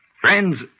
Friends